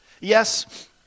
Yes